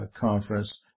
conference